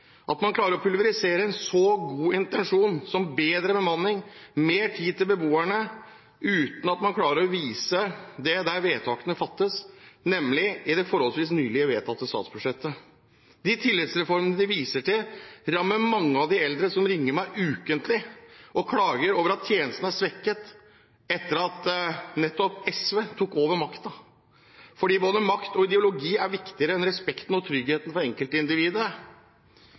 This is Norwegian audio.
at man klarer å pulverisere en så god intensjon som bedre bemanning og mer tid til beboerne uten at man klarer å vise det når vedtakene fattes, nemlig i det forholdsvis nylig vedtatte statsbudsjettet. De tillitsreformene de viser til, rammer mange eldre som ringer meg ukentlig og klager over at tjenesten er svekket etter at nettopp SV tok over makten. Fordi både makt og ideologi er viktigere enn respekten og tryggheten for enkeltindividet,